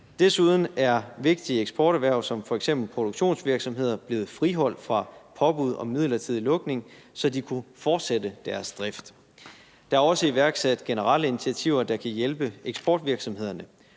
Desuden er vigtige eksporterhverv som f.eks. produktionsvirksomheder blevet friholdt for påbud om midlertidig lukning, så de kunne fortsætte deres drift. Der er også iværksat generelle initiativer, der kan hjælpe eksportvirksomhederne.